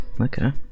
Okay